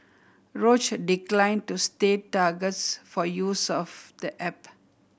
Roche declined to state targets for use of the app